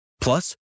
Plus